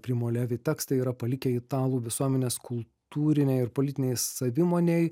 primo levi tekstai yra palikę italų visuomenės kultūrinei ir politinei savimonei